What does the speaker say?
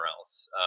else